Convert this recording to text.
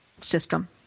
system